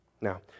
Now